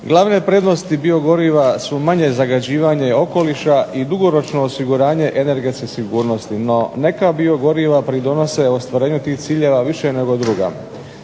Glavne prednosti biogoriva su manje zagađivanje okoliša i dugoročno osiguranje energetske sigurnosti, no neka biogoriva pridonose ostvarenju tih ciljeva više nego druga.